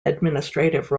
administrative